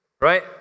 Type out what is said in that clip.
right